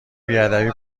بیادبی